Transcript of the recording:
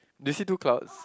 do you see two clouds